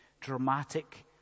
dramatic